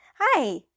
Hi